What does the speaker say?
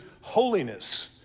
holiness